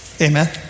Amen